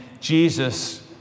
Jesus